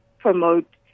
promote